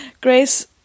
Grace